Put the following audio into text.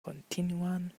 continúan